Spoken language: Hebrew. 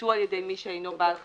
ייצוא על ידי מי שאינו בעל חזקה,